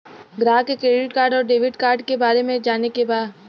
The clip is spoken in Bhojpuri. ग्राहक के क्रेडिट कार्ड और डेविड कार्ड के बारे में जाने के बा?